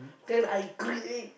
then I